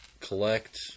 Collect